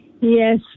Yes